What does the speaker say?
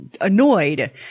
annoyed